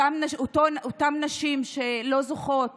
אותן נשים שלא זוכות